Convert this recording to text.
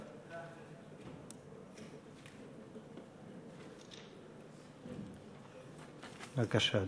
בבקשה,